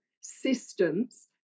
systems